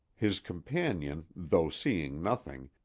his companion, though seeing nothing,